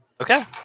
Okay